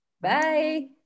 Bye